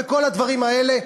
וכל הדברים האלה,